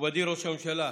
מכובדי ראש הממשלה,